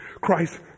Christ